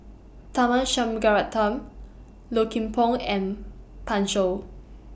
Tharman Shanmugaratnam Low Kim Pong and Pan Shou